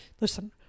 Listen